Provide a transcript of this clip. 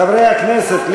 חברי הכנסת,